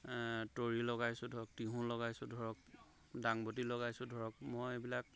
তৰি লগাইছোঁ ধৰক টিহু লগাইছোঁ ধৰক ডাঙ বডী লগাইছোঁ ধৰক মই এইবিলাক